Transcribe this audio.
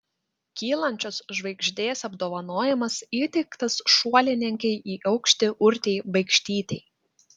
kylančios žvaigždės apdovanojimas įteiktas šuolininkei į aukštį urtei baikštytei